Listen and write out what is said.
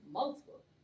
Multiple